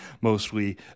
mostly